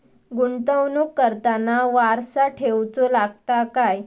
गुंतवणूक करताना वारसा ठेवचो लागता काय?